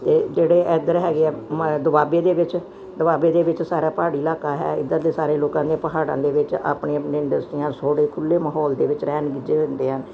ਤੇ ਜਿਹੜੇ ਐਧਰ ਹੈਗੇ ਐ ਦੁਆਬੇ ਦੇ ਵਿੱਚ ਦੁਆਬੇ ਦੇ ਵਿੱਚ ਸਾਰਾ ਪਹਾੜੀ ਇਲਾਕਾ ਹੈ ਇਧਰ ਦੇ ਸਾਰੇ ਲੋਕਾਂ ਦੀਆਂ ਪਹਾੜਾਂ ਦੇ ਵਿੱਚ ਆਪਣੀ ਆਪਣੀ ਇੰਡਸਟਰੀਆਂ ਸੋੜੇ ਖੁੱਲੇ ਮਾਹੌਲ ਦੇ ਵਿੱਚ ਰਹਿਣ ਵਿੱਚ ਦਿੰਦੇ ਆ